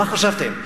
מה חשבתם?